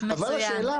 אבל השאלה,